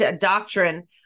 doctrine